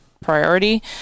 priority